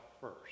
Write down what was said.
first